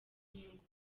inyungu